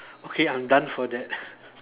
so I'm done for that